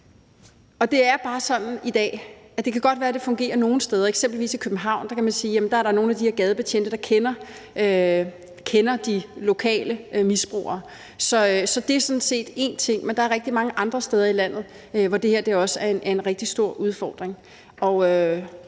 Det er bare sådan i dag – og det kan godt være, det fungerer nogle steder, eksempelvis i København, hvor man kan sige, at dér er der nogle af de her gadebetjente, der kender de lokale misbrugere, og det er så én ting – at der er rigtig mange andre steder i landet, hvor det her også er en rigtig stor udfordring.